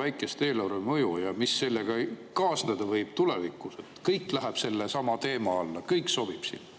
väikest eelarvemõju? Mis sellega kaasneda võib tulevikus, [kas] kõik läheb sellesama teema alla, kõik sobib sinna?